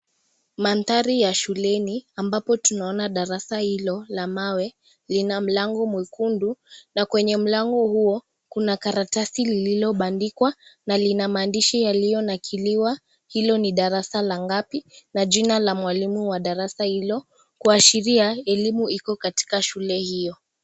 Mandhari ya shuleni ambapo tunaona darasa hilo la mawe lina mlango mwekundu na kwenye mlango huo, kuna karatasi lililobandikwa na lina maandishi yaliyonakiliwa; hilo ni darasa la ngapi na jina la mwalimu wa darasa hilo kuashiria elimu iko katika shule hiyo.